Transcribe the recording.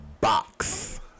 box